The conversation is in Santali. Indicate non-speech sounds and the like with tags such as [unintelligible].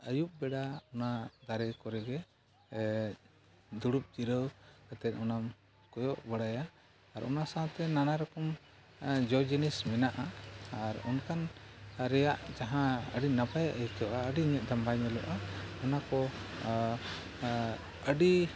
ᱟᱹᱭᱩᱵ ᱵᱮᱲᱟ ᱚᱱᱟ ᱫᱟᱨᱮ ᱠᱚᱨᱮ ᱜᱮ ᱫᱩᱲᱩᱵ ᱡᱤᱨᱟᱹᱣ ᱠᱟᱛᱮᱫ ᱚᱱᱟᱢ ᱠᱚᱭᱚᱜ ᱵᱟᱲᱟᱭᱟ ᱟᱨ ᱚᱱᱟ ᱥᱟᱶᱛᱮ ᱱᱟᱱᱟ ᱨᱚᱠᱚᱢ ᱡᱚ ᱡᱤᱱᱤᱥ ᱢᱮᱱᱟᱜᱼᱟ ᱟᱨ ᱚᱱᱠᱟᱱ ᱨᱮᱭᱟᱜ ᱡᱟᱦᱟᱸ ᱟᱹᱰᱤ ᱱᱟᱯᱟᱭ ᱟᱹᱭᱠᱟᱹᱜᱼᱟ ᱟᱹᱰᱤ [unintelligible] ᱚᱱᱟ ᱠᱚ ᱟᱹᱰᱤ